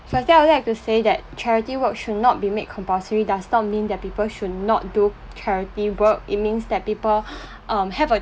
firstly I would like to say that charity work should not be made compulsory does not mean that people should not do charity work it means that people um have a